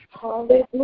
Hallelujah